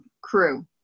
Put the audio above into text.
crew